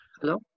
Hello